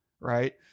Right